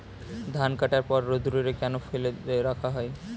ধান কাটার পর রোদ্দুরে কেন ফেলে রাখা হয়?